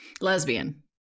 lesbian